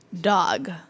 Dog